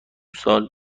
سال